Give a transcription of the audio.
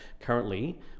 currently